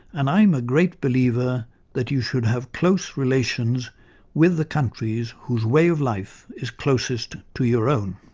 and i'm a great believer that you should have close relations with the countries whose way of life is closest to your own.